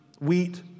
wheat